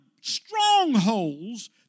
strongholds